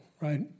right